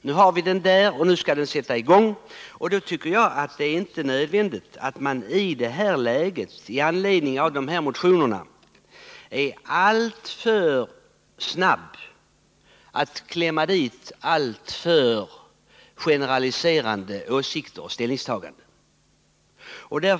Nu har vi denna utredning, och då tycker jag inte att det finns några skäl för att i anledning av motionerna vara alltför snabb med generaliserande åsikter och ställningstaganden.